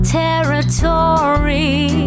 territory